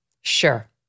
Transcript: Sure